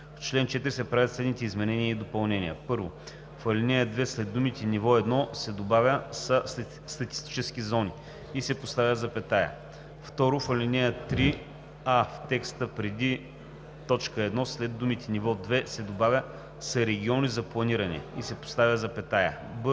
В чл. 4 се правят следните изменения и допълнения: 1. В ал. 2 след думите „ниво 1“ се добавя „са статистически зони“ и се поставя запетая. 2. В ал. 3: а) в текста преди т. 1 след думите „ниво 2“ се добавя „са региони за планиране“ и се поставя запетая;